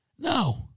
No